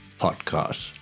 podcast